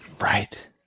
Right